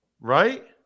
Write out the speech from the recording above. Right